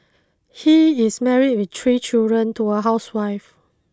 he is married with three children to a housewife